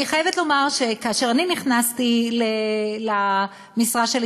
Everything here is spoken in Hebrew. אני חייבת לומר שכאשר אני נכנסתי למשרה שלי